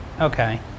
Okay